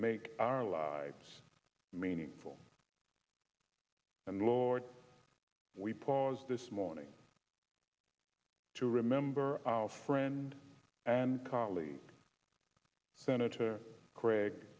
make our lives meaningful and lord we pause this morning to remember our friend and colleague senator craig